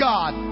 God